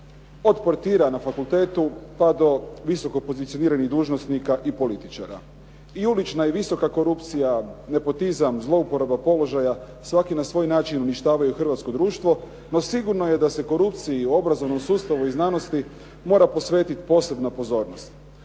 od portira na fakultetu, pa do visoko pozicioniranih dužnosnika i političara. I ulična je visoka korupcija, nepotizam, zlouporaba položaja, svaki na svoj način uništavaju hrvatsko društvo, no sigurno je da se korupciji i u obrazovnom sustavu i znanosti mora posvetiti posebna pozornost.